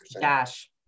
Dash